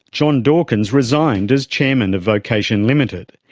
john dawkins resigned as chairman of vocation ltd,